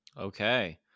Okay